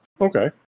Okay